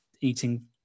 eating